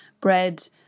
bread